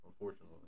unfortunately